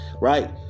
right